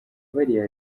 bariya